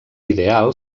ideal